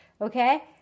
okay